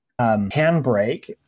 handbrake